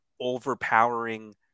overpowering